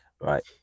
right